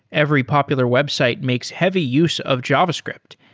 every popular website makes heavy use of javascript,